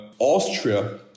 Austria